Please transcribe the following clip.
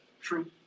true